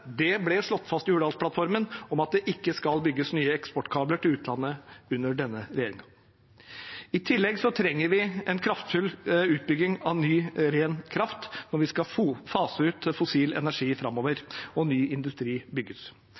ble slått fast i Hurdalsplattformen – at det ikke skal bygges nye eksportkabler til utlandet under denne regjeringen. I tillegg trenger vi en kraftfull utbygging av ny, ren kraft når vi skal fase ut fossil energi framover og ny industri skal bygges.